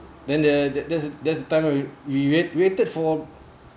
then there there's a there's a time we we wait waited for